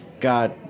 God